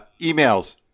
Emails